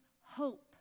hope